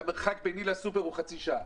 והמרחק ביני לבין הסופרמרקט הוא חצי שעה.